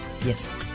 Yes